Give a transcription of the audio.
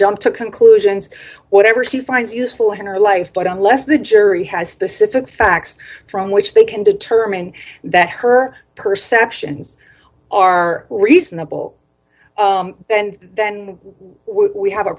jump to conclusions whatever she finds useful her life but unless the jury has specific facts from which they can determine that her percepts and are reasonable then then we have a